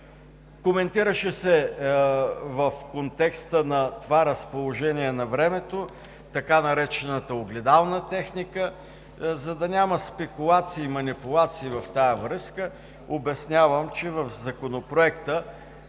Коментираше се в контекста на това разположение на времето така наречената огледална техника. За да няма спекулации и манипулации в тази връзка, обяснявам, че в Законопроекта